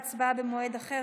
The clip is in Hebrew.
תשובה והצבעה במועד אחר,